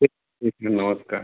ठीक ठीक है नमस्कार